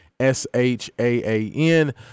S-H-A-A-N